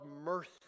mercy